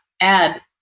add